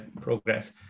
progress